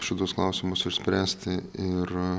šituos klausimus išspręsti ir